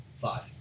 five